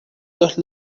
los